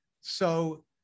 So-